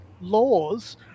laws